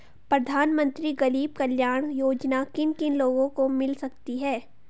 प्रधानमंत्री गरीब कल्याण योजना किन किन लोगों को मिल सकती है?